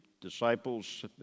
disciples